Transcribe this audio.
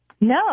No